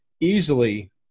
easily